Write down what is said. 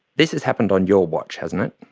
this has happened on your watch, hasn't it?